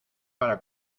para